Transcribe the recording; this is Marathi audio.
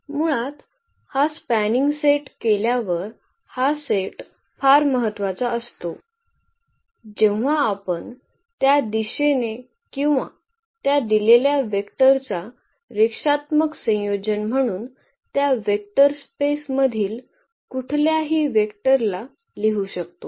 मुळात हा स्पॅनिंग सेट केल्यावर हा सेट फार महत्वाचा असतो जेव्हा आपण त्या दिशेने किंवा त्या दिलेल्या वेक्टरचा रेषात्मक संयोजन म्हणून त्या वेक्टर स्पेस मधील कुठल्याही वेक्टरला लिहू शकतो